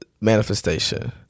manifestation